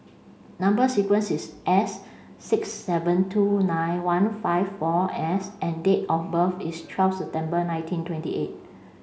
number sequence is S six seven two nine one five four S and date of birth is twelve September nineteen twenty eight